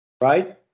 right